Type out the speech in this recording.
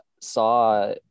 saw